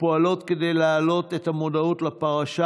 ופועלות כדי להעלות את המודעות לפרשה